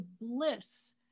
bliss